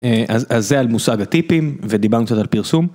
אז זה על מושג הטיפים ודיברנו קצת על פרסום.